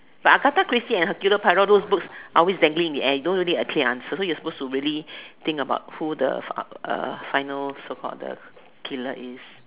but Agatha-Christie and her Guiltier pillar those books are always dangling in the air you don't really get a clear answer so you supposed to really think about who the uh final so called the killer is